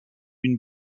une